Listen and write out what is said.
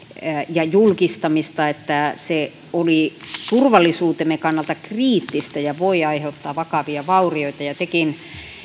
ja julkistamista että se oli turvallisuutemme kannalta kriittistä ja voi aiheuttaa vakavia vaurioita tekin